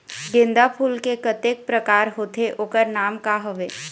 गेंदा फूल के कतेक प्रकार होथे ओकर नाम का हवे?